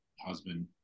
husband